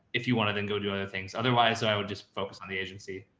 if you want to then go do other things, otherwise i would just focus on the agency.